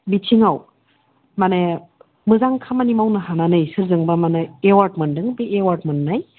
बिथिङाव माने मोजां खामानि मावनो हानानै सोरजोंबा माने एवार्ड मोन्दों बे एवार्ड मोननाय